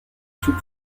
sous